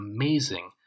amazing